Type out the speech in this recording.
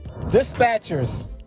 Dispatchers